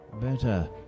Better